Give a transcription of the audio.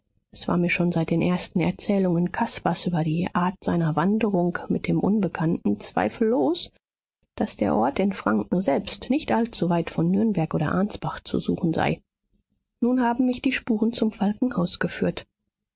es war mir schon seit den ersten erzählungen caspars über die art seiner wanderung mit dem unbekannten zweifellos daß der ort in franken selbst nicht allzu weit von nürnberg oder ansbach zu suchen sei nun haben mich die spuren zum falkenhaus geführt